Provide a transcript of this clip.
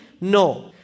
No